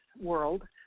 world